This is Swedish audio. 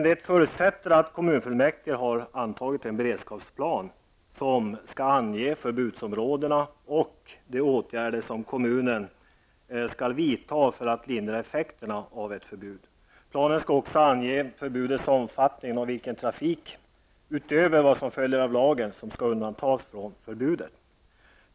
Det förutsätter emellertid att kommunfullmäktige har antagit en beredskapsplan som skall ange förbudsområdena och de åtgärder som kommunen skall vidta för att lindra effekterna av ett förbud. Planen skall också ange förbudets omfattning och vilken trafik, utöver vad som följer av lagen, som skall undantas från förbudet.